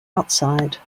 outside